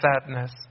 sadness